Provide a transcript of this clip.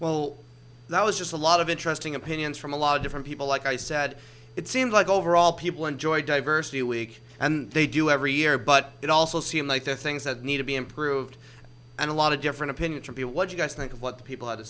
well that was just a lot of interesting opinions from a lot of different people like i said it seemed like overall people enjoyed diversity week and they do every year but it also seemed like the things that need to be improved and a lot of different opinions from what you guys think of what people